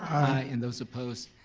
i and those opposed.